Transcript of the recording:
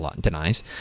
denies